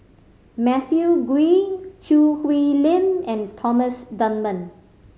Matthew Ngui Choo Hwee Lim and Thomas Dunman